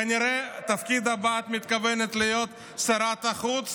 כנראה שבתפקיד הבא את מתכוונת להיות שרת החוץ.